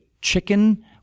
chicken